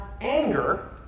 anger